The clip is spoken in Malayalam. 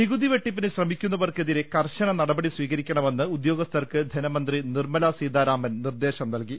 നികുതി വെട്ടിപ്പിന് ശ്രമിക്കുന്നവർക്കെതിരെ കർശന നടപടി സ്വീക രിക്കണമെന്ന് ഉദ്യോഗസ്ഥർക്ക് ിധനമന്ത്രി നിർമല സീതാരാമൻ നിർദേശം നൽകി